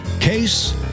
Case